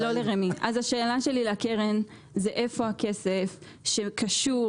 השאלה שלי לקרן היא איפה הכסף שקשור